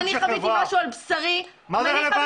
אם אני חוויתי משהו על בשרי --- מה זה רלוונטי?